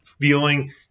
feeling